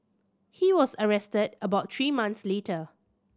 he was arrested about three months later